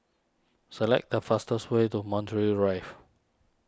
select the fastest way to Montreal Drive